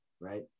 right